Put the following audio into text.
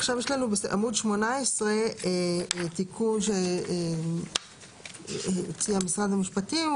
בעמוד 18 יש תיקון שהציע משרד המשפטים.